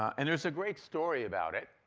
and there is a great story about it.